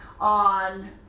On